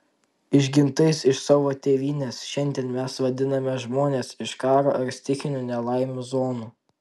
išgintais iš savo tėvynės šiandien mes vadiname žmones iš karo ar stichinių nelaimių zonų